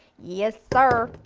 yes sir!